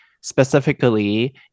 specifically